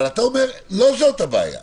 אבל אתה אומר שלא זאת הבעיה.